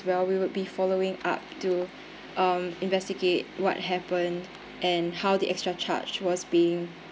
well we will be following up to investigate um what happened and how the extra charge was being